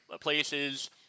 places